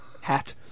hat